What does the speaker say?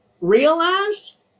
realize